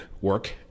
work